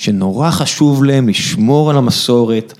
שנורא חשוב להם לשמור על המסורת.